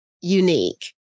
unique